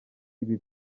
ibi